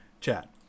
chat